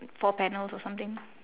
four panels or something